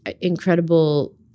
incredible